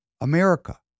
America